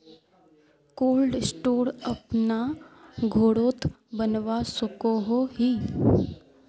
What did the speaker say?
Cold store अपना घोरोत बनवा सकोहो ही?